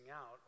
out